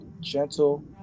gentle